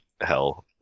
hell